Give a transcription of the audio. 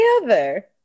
together